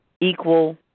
equal